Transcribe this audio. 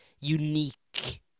unique